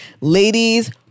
Ladies